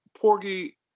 Porgy